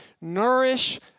nourish